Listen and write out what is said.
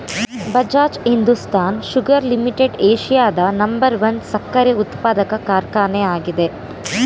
Bajaj Hindustan sugar limited ಏಷ್ಯಾದ number one ಸಕ್ಕರೆ ಉತ್ಪಾದಕ ಕಾರ್ಖಾನೆ ಆಗಿದೆ